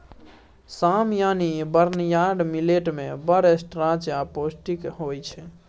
साम यानी barnyard millet मे बड़ स्टार्च आ पौष्टिक होइ छै